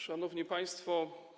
Szanowni Państwo!